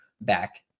back